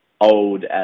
old